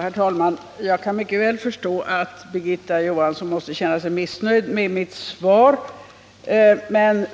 Herr talman! Jag kan mycket väl förstå att Birgitta Johansson måste känna sig missnöjd med mitt svar, men